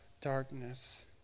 darkness